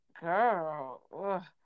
girl